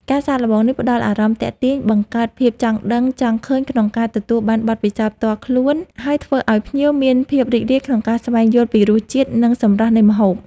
ការសាកល្បងនេះផ្តល់អារម្មណ៍ទាក់ទាញ បង្កើតភាពចង់ដឹងចង់ឃើញក្នុងការទទួលបានបទពិសោធន៍ផ្ទាល់ខ្លួន ហើយធ្វើឲ្យភ្ញៀវមានភាពរីករាយក្នុងការស្វែងយល់ពីរសជាតិ និងសម្រស់នៃម្ហូប។